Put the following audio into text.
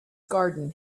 garden